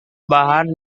bahan